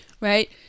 Right